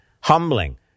humbling